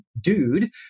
dude